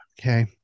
okay